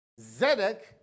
Zedek